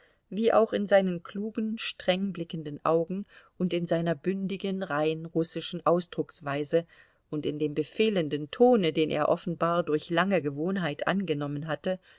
wie auch in seinen klugen streng blickenden augen und in seiner bündigen rein russischen ausdrucksweise und in dem befehlenden tone den er offenbar durch lange gewohnheit angenommen hatte